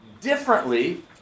differently